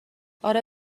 آره